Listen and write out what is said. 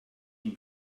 him